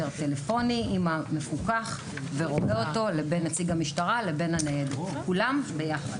טלפוני עם המפוקח ורואה אותו לבין נציג המשטרה לבין כולם ביחד,